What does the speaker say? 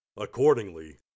Accordingly